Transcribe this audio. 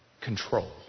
control